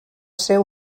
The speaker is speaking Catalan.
ser